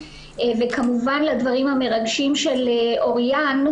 וכמובן לדברים המרגשים של אוריאן,